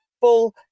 full